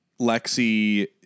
Lexi